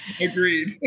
Agreed